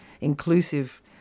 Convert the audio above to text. inclusive